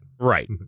Right